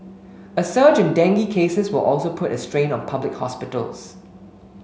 a surge in dengue cases will also put a strain on public hospitals